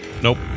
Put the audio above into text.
Nope